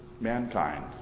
Mankind